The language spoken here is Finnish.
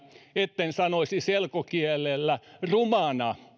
etten sanoisi selkokielellä rumana